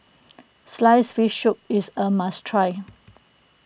Sliced Fish Soup is a must try